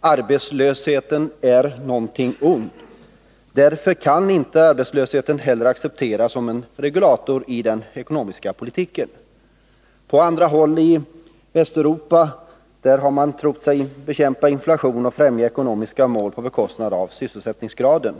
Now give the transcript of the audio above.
Arbetslösheten är någonting ont. Därför kan inte arbetslösheten heller accepteras som en regulator i den ekonomiska politiken. På andra håll i Västeuropa har man trott sig bekämpa inflationen och främja uppnåendet av ekonomiska mål genom att minska sysselsättningsgraden.